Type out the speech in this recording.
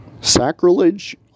sacrilege